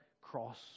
cross